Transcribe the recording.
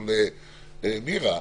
למירה,